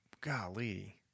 golly